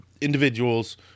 individuals